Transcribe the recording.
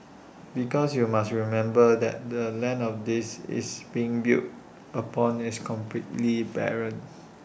because you must remember that the land of this is being built upon is completely barren